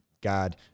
God